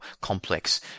complex